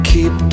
Keep